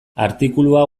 artikulua